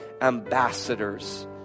ambassadors